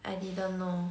I didn't know